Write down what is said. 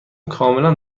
کاملا